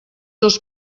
els